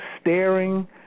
Staring